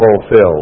fulfilled